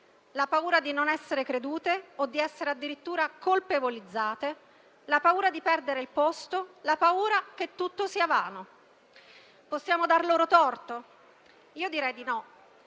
la paura di non essere credute o di essere addirittura colpevolizzate, di perdere il posto o che tutto sia vano. Possiamo dare loro torto? Direi di no.